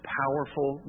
powerful